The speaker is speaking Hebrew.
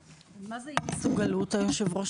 מה זה אי מסוגלות אדוני היושב ראש,